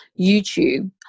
YouTube